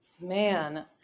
Man